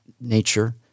nature